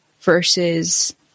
versus